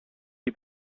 die